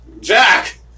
Jack